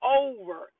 over